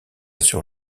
sur